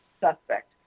suspect